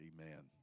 Amen